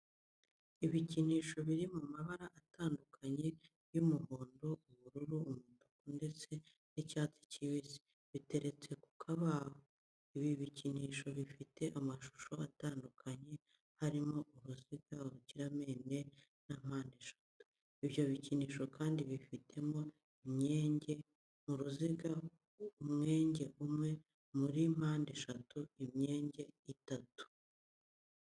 Ibikinisho biri mu mabara atandukanye y'umuhondo, ubururu, umutuku ndetse n'icyatsi kibisi biteretse ku kabaho. Ibi bikinisho bifite amashusho atandukanye harimo uruziga, urukiramende na mpandeshatu. Ibyo bikinisho kandi bifitemo imyenge, mu ruziga umwenge umwe, muri mpandeshatu imyenge itatu.